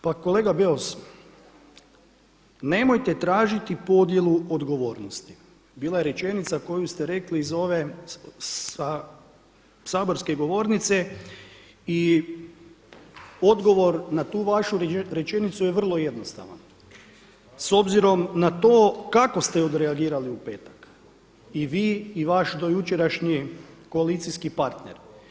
Pa kolega Beus, nemojte tražiti podjelu odgovornosti, bila je rečenica koju ste rekli iz ove saborske govornice i odgovor na tu vašu rečenicu je vrlo jednostavan s obzirom na to kako ste odreagirali u petak i vi i vaš do jučerašnji koalicijski partner.